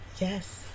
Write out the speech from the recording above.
Yes